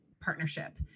partnership